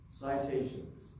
citations